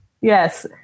Yes